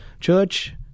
Church